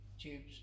tubes